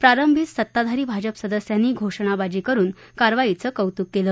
प्रारंभीच सत्ताधारी भाजप सदस्यांनी घोषणबाजी करून कारवाईचे कौतुक केलं